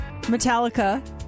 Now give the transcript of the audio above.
metallica